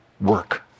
work